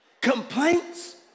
Complaints